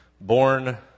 born